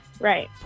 right